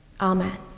Amen